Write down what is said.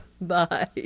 Bye